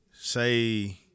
say